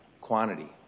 quantity